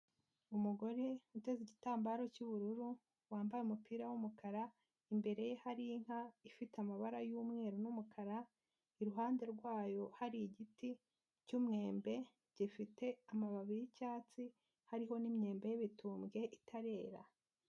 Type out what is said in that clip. Umugore uteze igitambaro cy'ubururu, wambaye umupira w'umukara imbere ye hari inka ifite amabara y'umweru n'umukara, iruhande rwayo hari igiti cy'umwembe gifite amababi y'icyatsi, hariho n'imyembe y'ibitumbwe itarera.